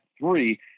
three